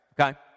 Okay